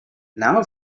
now